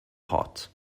heart